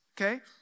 Okay